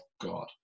God